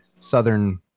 southern